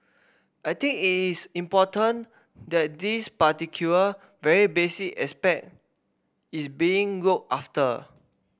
I think it's important that this particular very basic aspect is being looked after